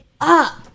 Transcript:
up